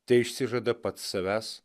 teišsižada pats savęs